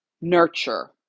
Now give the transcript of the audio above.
nurture